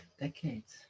Decades